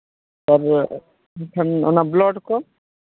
ᱟᱨ ᱮᱱᱠᱷᱟᱱ ᱚᱱᱟ ᱵᱞᱟᱰ ᱠᱚ